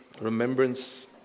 remembrance